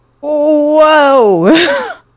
Whoa